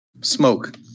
smoke